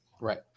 Right